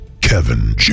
Kevin